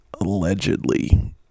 Allegedly